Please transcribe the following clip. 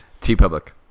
t-public